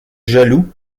jaloux